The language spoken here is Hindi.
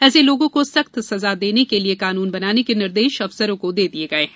ऐसे लोगों को सख्त सजा देने के लिए कानून बनाने के निर्देश अफसरों को दे दिए हैं